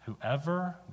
Whoever